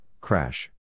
crash